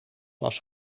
was